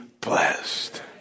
blessed